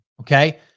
Okay